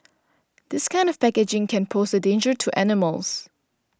this kind of packaging can pose a danger to animals